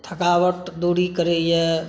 थकावट दूर करैया